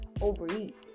overeat